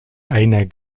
einer